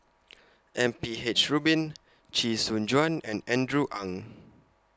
M P H Rubin Chee Soon Juan and Andrew Ang